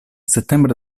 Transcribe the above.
settembre